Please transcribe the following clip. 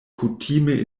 kutime